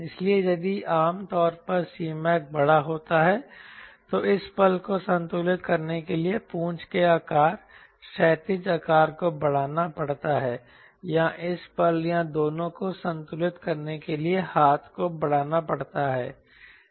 इसलिए यदि आम तौर पर Cmac बड़ा होता है तो इस पल को संतुलित करने के लिए पूंछ के आकार क्षैतिज आकार को बढ़ाना पड़ता है या इस पल या दोनों को संतुलित करने के लिए हाथ को बढ़ाना पड़ता है